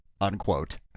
Unquote